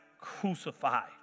crucified